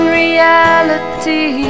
reality